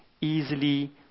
easily